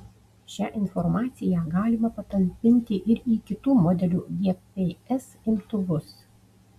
šią informaciją galima patalpinti ir į kitų modelių gps imtuvus